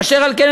אשר על כן,